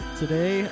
today